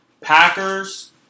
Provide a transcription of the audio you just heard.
Packers